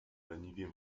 leniwie